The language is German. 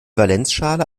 valenzschale